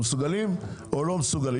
אתם מסוגלים או לא מסוגלים?